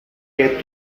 que